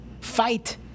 fight